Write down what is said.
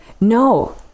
No